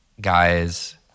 guys